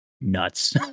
nuts